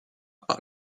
par